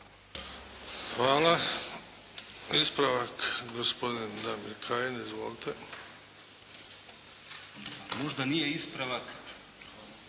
Hvala. Ispravak gospodin Damir Kajin. Izvolite. **Kajin, Damir